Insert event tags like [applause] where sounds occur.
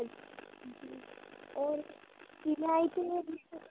ठीक और [unintelligible]